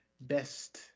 best